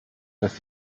das